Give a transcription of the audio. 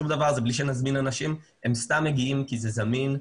ובלי שנזמין אנשים לבוא אלא הם סתם מגיעים כי זה זמין,